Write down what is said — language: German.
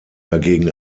dagegen